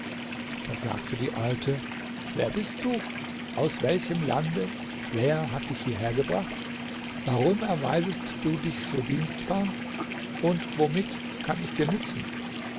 da sagte die alte wer bist du aus welchem lande wer hat dich hierhergebracht warum erweisest du dich so dienstbar und womit kann ich dir nützen